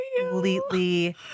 Completely